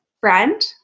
friend